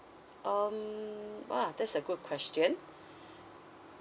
um !wah! that's a good question